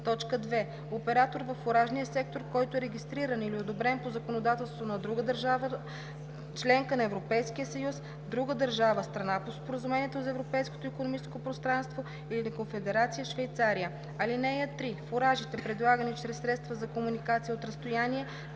20; 2. оператор във фуражния сектор, който е регистриран или одобрен по законодателството на друга държава – членка на Европейския съюз, друга държава – страна по Споразумението за Европейското икономическо пространство, или на Конфедерация Швейцария. (3) Фуражите, предлагани чрез средства за комуникация от разстояние,